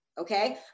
okay